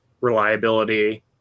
reliability